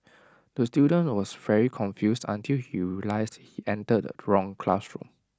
the student was very confused until he realised he entered the wrong classroom